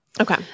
Okay